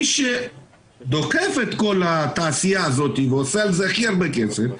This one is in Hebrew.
מי שדוחף את כל התעשייה הזאת ועושה על זה הכי הרבה כסף,